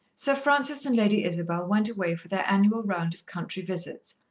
sir francis and lady isabel went away for their annual round of country visits,